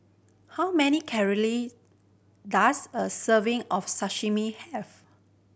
how many calorie does a serving of Sashimi have